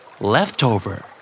Leftover